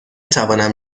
توانم